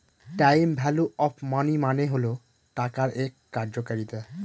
time value of money মানে হল টাকার এক কার্যকারিতা